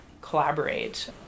collaborate